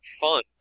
fun